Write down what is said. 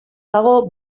dago